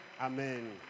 amen